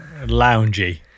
loungy